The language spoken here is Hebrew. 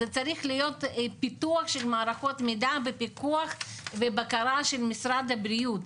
זה צריך להיות פיתוח של מערכות מידע בפיקוח ובקרה של משרד הבריאות,